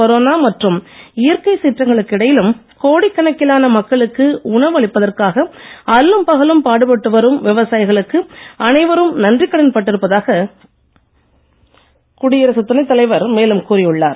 corona மற்றும் இயற்கை சீற்றங்களுக்கு இடையிலும் கோடிக்கணக்கிலான மக்களுக்கு உணவு அளிப்பதற்காக அல்லும் பகலும் பாடுபட்டு வரும் விவசாயிகளுக்கு அனைவரும் நன்றிக் கடன் பட்டிருப்பதாக குடியரசு தலைவர் மேலும் கூறி உள்ளார்